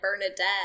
Bernadette